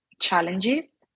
challenges